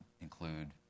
include